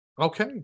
okay